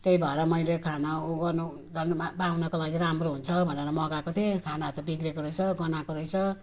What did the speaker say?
त्यही भएर मैले खाना उयो गर्नु बाँढ्नु बाँढ्नुको लागि राम्रो हुन्छ भनेर मगाएको थिएँ खानाहरू त बिग्रेको रहेछ गनाएको रहेछ